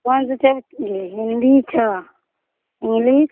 कोन विषयके लिए हिन्दी छऽ इन्गलिश